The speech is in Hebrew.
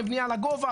עם בניה לגובה.